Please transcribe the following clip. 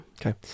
Okay